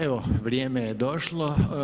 Evo vrijeme je došlo.